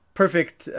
perfect